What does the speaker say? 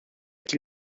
qui